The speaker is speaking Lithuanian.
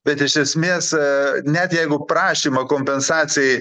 bet esmė net jeigu prašymą kompensacijai